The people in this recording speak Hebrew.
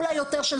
אולי יותר,